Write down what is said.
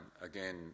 again